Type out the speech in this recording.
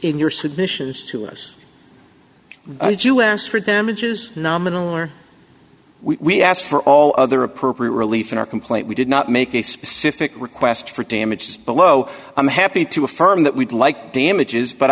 in your submissions to us did us for damages nominal or we asked for all other appropriate relief in our complaint we did not make a specific request for damages below i'm happy to affirm that we'd like damages but